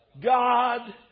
God